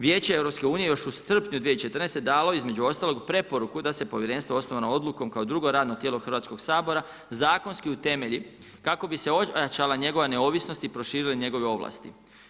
Vijeće EU-a još u srpnju 2014. je dalo između ostalog i preporuku da se povjerenstvo osnovano odlukom kao drugo radno tijelo Hrvatskog sabora, zakonski utemelji kako bi se ojačala njegova neovisnost i proširile njegove ovlasti.